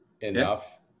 enough